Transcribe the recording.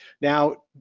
Now